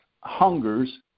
hungers